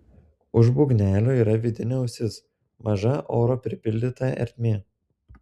už būgnelio yra vidinė ausis maža oro pripildyta ertmė